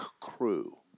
crew